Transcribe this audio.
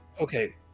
Okay